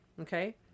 okay